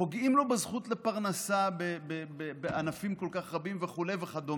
פוגעים לו בזכות לפרנסה בענפים כל כך רבים וכדומה?